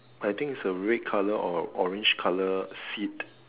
I think is a red colour or a orange colour seat